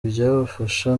byabafasha